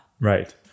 Right